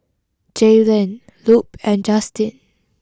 Jaylen Lupe and Justyn